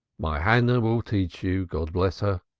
my hannah will teach you, god bless her.